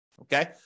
okay